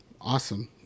Awesome